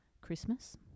Christmas